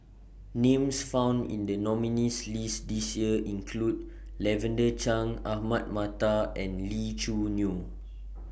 Names found in The nominees' list This Year include Lavender Chang Ahmad Mattar and Lee Choo Neo